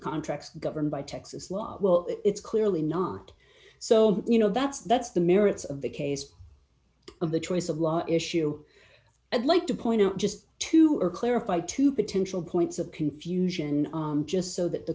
contracts governed by texas law well it's clearly not so you know that's that's the merits of the case of the choice of law issue i'd like to point out just two or clarify two potential points of confusion just so that the